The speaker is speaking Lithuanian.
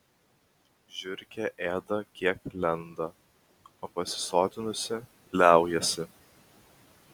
žiurkė ėda kiek lenda o pasisotinusi liaujasi